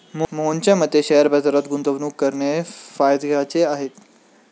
मोहनच्या मते शेअर बाजारात गुंतवणूक करणे फायद्याचे आहे